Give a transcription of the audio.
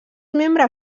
membre